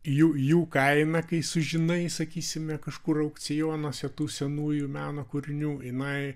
jų jų kaina kai sužinai sakysime kažkur aukcionuose tų senųjų meno kūrinių jinai